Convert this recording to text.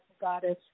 goddess